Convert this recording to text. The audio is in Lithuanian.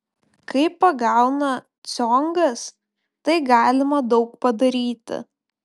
kai pagauna ciongas tai galima daug padaryti